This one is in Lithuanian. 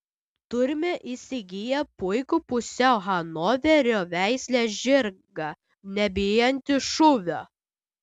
turime įsigiję puikų pusiau hanoverio veislės žirgą nebijantį šūvio